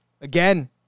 again